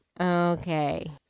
okay